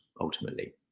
ultimately